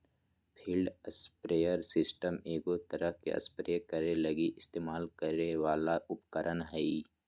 field sprayer system एगो तरह spray करे लगी इस्तेमाल करे वाला उपकरण हइ